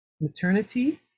maternity